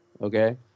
Okay